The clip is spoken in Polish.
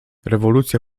rewolucja